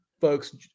folks